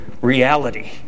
reality